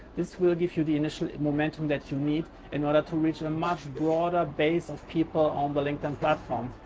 this will give you the initial momentum that you need in order to reach a much broader base of people on the linkedin platform.